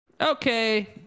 Okay